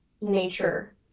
nature